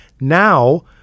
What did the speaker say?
Now